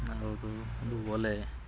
ಯಾವ್ದು ಒಂದು ಒಲೆ